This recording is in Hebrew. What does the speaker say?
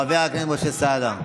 חבר הכנסת משה סעדה.